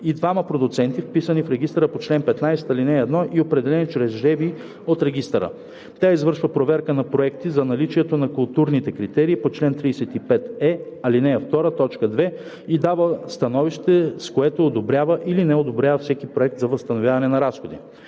и двама продуценти, вписани в регистъра по чл. 15, ал. 1 и определени чрез жребий от регистъра. Тя извършва проверка на проекти за наличието на културните критерии по чл. 35е, ал. 2, т. 2 и дава становище, с което одобрява или не одобрява всеки проект за възстановяване на разходи.